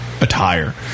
attire